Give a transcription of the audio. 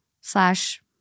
slash